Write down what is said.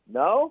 no